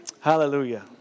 Hallelujah